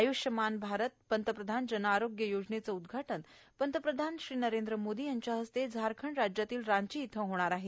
आयुष्यमान भारत पंतप्रधान जनआरोग्य योजनेचे उद्घाटन पंतप्रधान यांच्या हस्ते झारखंड राज्यातील रांची इथं होणार आहे